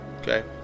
okay